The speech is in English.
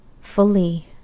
Fully